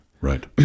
Right